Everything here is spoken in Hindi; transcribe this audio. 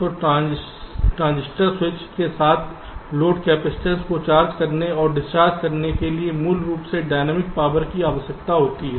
तो ट्रांजिस्टर स्विच के साथ लोड कैपेसिटेंस को चार्ज करने और डिस्चार्ज करने के लिए मूल रूप से डायनेमिक पावर की आवश्यकता होती है